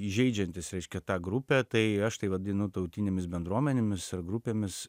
įžeidžiantis reiškia tą grupę tai aš tai vadinu tautinėmis bendruomenėmis ir grupėmis